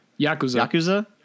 Yakuza